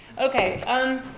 Okay